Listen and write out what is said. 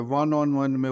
one-on-one